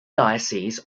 diocese